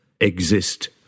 exist